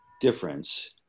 difference